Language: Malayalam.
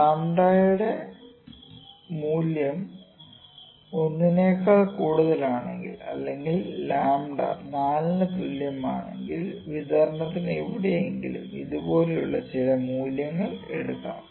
ലാംഡയുടെ𝝀 മൂല്യം 1 നേക്കാൾ കൂടുതലാണെങ്കിൽ അല്ലെങ്കിൽ ലാംഡ𝝀 4 ന് തുല്യമാണെങ്കിൽ വിതരണത്തിന് എവിടെയെങ്കിലും ഇതുപോലുള്ള ചില മൂല്യങ്ങൾ എടുക്കാം